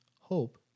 hope